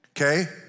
okay